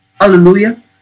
Hallelujah